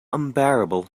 unbearable